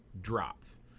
drops